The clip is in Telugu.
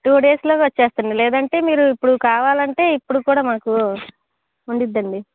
టూ డేస్లో వస్తుంది లేదంటే మీరు ఇప్పుడు కావాలి అంటే ఇప్పుడు కూడా మాకు ఉండుద్దండి